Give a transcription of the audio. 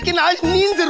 you know nazneen!